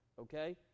okay